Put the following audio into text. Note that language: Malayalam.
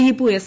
ദീപു എസ്